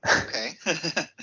Okay